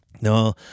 No